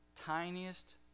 Tiniest